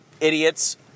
idiots